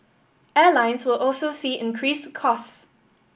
airlines will also see increased cost